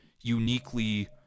uniquely